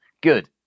Good